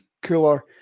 cooler